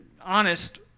honest